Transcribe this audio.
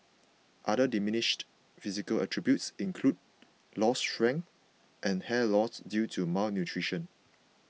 other diminished physical attributes include lost strength and hair loss due to malnutrition